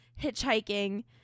hitchhiking